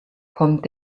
kommt